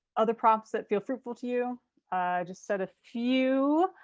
other prompts that feel fruitful to you. i just said a few.